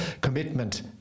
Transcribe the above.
commitment